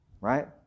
Right